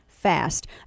fast